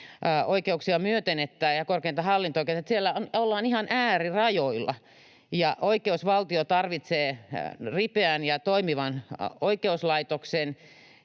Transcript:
korkeinta oikeutta ja korkeinta hallinto-oikeutta myöten, että siellä ollaan ihan äärirajoilla. Oikeusvaltio tarvitsee ripeän ja toimivan oikeuslaitoksen.